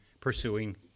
pursuing